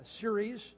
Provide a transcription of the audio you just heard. series